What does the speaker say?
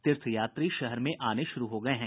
तीर्थयात्री शहर में आने शुरू हो गये हैं